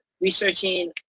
researching